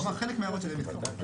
הוא אמר שחלק מההערות שלו נתקבלו.